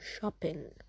shopping